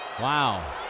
Wow